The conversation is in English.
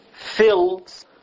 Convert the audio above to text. fills